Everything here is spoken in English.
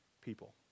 people